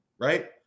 Right